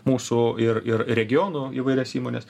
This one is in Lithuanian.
mūsų ir ir regionų įvairias įmones